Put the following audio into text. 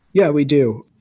yeah, we do.